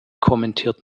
kommentiert